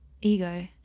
Ego